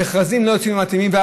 המכרזים לא יוצאים מתאימים.